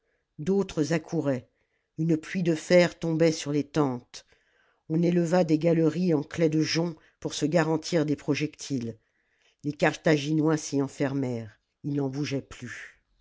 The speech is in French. d'autres accouraient une pluie de fer tombait sur les tentes on éleva des galeries en claies de jonc pour se garantir des projectiles les carthaginois s'y enfermèrent ils n'en bougeaient plus